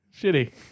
Shitty